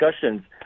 discussions